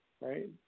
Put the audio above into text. right